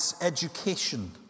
education